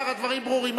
השר, הדברים ברורים.